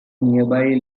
nearby